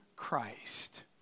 Christ